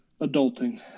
Adulting